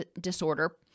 disorder